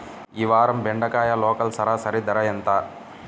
ఈ వారం బెండకాయ లోకల్ సరాసరి ధర ఎంత?